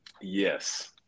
Yes